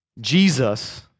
Jesus